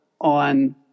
on